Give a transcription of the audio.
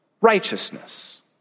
righteousness